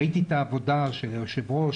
ראיתי את העבודה של היו"ר,